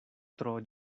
tro